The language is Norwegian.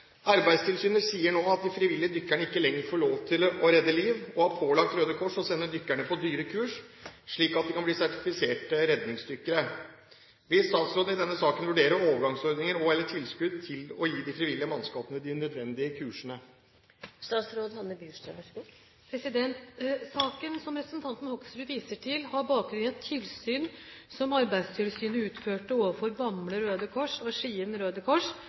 Arbeidstilsynet sier nå de frivillige dykkerne ikke lenger får lov til å redde liv, og har pålagt Røde Kors å sende dykkerne på dyre kurs, slik at de kan bli sertifiserte redningsdykkere. Vil statsråden i denne saken vurdere overgangsordninger og/eller tilskudd til å gi de frivillige mannskapene de nødvendige kursene?» Saken som representanten Hoksrud viser til, har bakgrunn i et tilsyn som Arbeidstilsynet utførte overfor Bamble Røde Kors og Skien Røde Kors